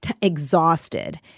exhausted